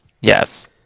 Yes